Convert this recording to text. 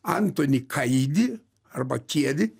antoni kaldi arba kiedi